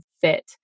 fit